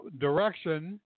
direction